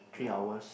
!wow!